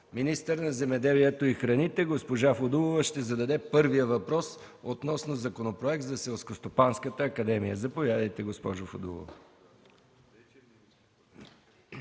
министъра на земеделието и храните Димитър Греков. Госпожа Фудулова ще зададе първия въпрос относно Законопроект за Селскостопанската академия. Заповядайте, госпожо Фудулова.